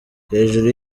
hejuru